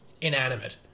inanimate